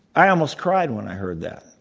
i almost cried when i heard that.